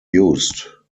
used